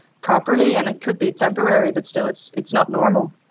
properly. and it could be temporary, but still it's it's not normal.